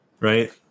Right